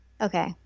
Okay